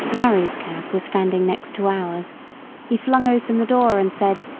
larry's cab was standing next to ours he flung open the door, and said,